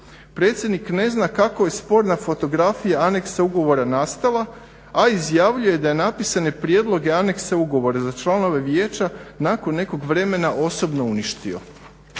Predsjednik ne zna kako je sporna fotografija aneksa ugovora nastala, a izjavljuje da je napisane prijedloge, anekse ugovora za članove vijeća nakon nekog vremena osobno uništivo.".